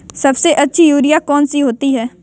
सबसे अच्छी यूरिया कौन सी होती है?